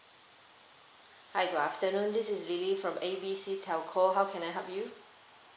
hi good afternoon this is lily from A B C telco how can I help you